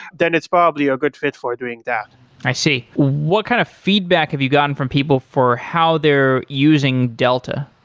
then it's probably a good fit for doing that i see. what kind of feedback have you gotten from people for how they're using delta?